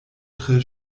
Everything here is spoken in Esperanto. tre